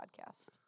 podcast